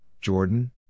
Jordan